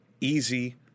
easy